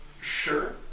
Sure